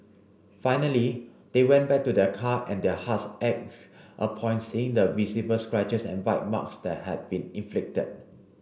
finally they went back to their car and their hearts ached upon seeing the visible scratches and bite marks that had been inflicted